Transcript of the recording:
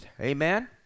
amen